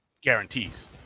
guarantees